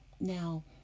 Now